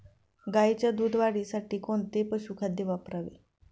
गाईच्या दूध वाढीसाठी कोणते पशुखाद्य वापरावे?